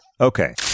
okay